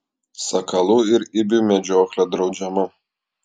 sakalų ir ibių medžioklė draudžiama